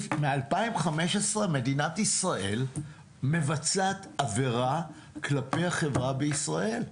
מ-2015 מדינת ישראל מבצעת עבירה כלפי החברה בישראל.